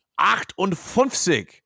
58